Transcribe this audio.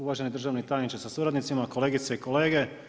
Uvaženi državni tajniče sa suradnicima, kolegice i kolege.